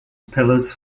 pillars